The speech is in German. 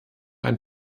ein